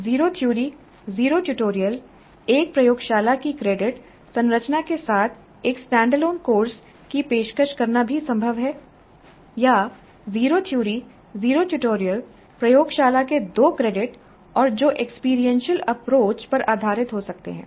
0 theory 0 tutorial 1 प्रयोगशाला की credit संरचना के साथ एक स्टैंड अलोन कोर्स की पेशकश करना भी संभव है या 0 थ्योरी 0 ट्यूटोरियल प्रयोगशाला के 2 क्रेडिट और जो एक्सपीरियंशियल अप्रोच पर आधारित हो सकते हैं